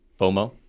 FOMO